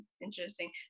Interesting